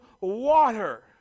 water